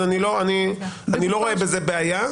אני לא רואה בזה בעיה.